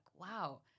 wow